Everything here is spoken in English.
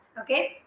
Okay